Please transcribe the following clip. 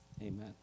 Amen